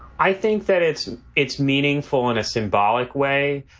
i think that it's it's meaningful in a symbolic way.